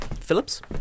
Phillips